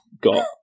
got